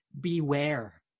beware